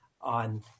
on